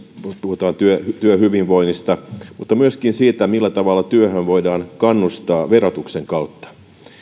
puhutaan työhyvinvoinnista mutta myöskin siitä millä tavalla työhön voidaan kannustaa verotuksen kautta